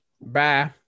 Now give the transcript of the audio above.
Bye